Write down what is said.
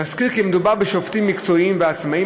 נזכיר כי מדובר בשופטים מקצועיים ועצמאים